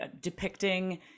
depicting